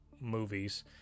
movies